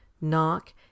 Knock